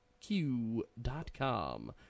Q.com